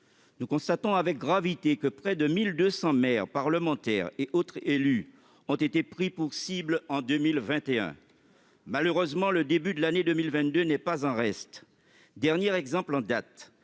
Nous constatons avec gravité que près de 1 200 maires, parlementaires et autres élus ont été pris pour cible en 2021. Malheureusement, le début de l'année 2022 n'est pas en reste. Dernier exemple en date